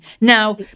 Now